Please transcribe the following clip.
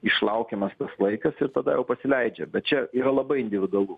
išlaukiamas tas laikas ir tada jau pasileidžia bet čia yra labai individualu